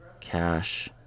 cash